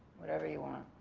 whatever you want.